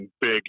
big